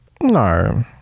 No